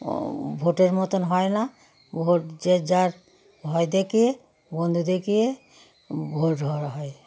ভোটের মতন হয় না ভোট যে যার ভয় দেখিয়ে বন্দুক দেখিয়ে ভোট হয়